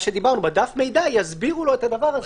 בדך המידע יסבירו לו את הדבר הזה.